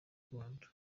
rwanda